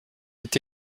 est